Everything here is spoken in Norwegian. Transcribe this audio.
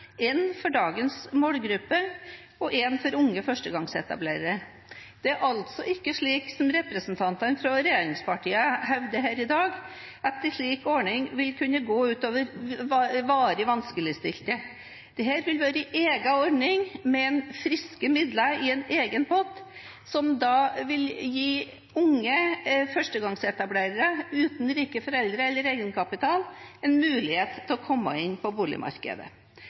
en for dagens målgruppe og en for unge førstegangsetablerere. Det er altså ikke slik som representantene fra regjeringspartiene hevder her i dag, at en slik ordning vil kunne gå ut over varig vanskeligstilte. Dette vil være en egen ordning med friske midler i en egen pott, som vil gi unge førstegangsetablerere uten rike foreldre eller egenkapital en mulighet til å komme inn på boligmarkedet.